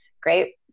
great